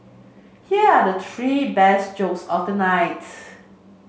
here are the three best jokes of the night